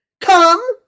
Come